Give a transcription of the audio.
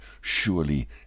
surely